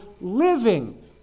living